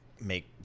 make